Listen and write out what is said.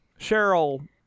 Cheryl